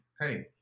hey